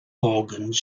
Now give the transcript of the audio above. organs